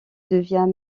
devient